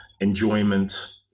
enjoyment